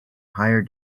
higher